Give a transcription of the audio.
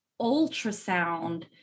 ultrasound